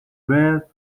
where